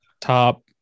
top